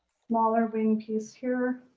smaller wing piece here.